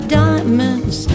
diamonds